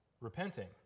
repenting